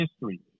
history